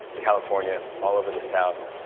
california, all over the south,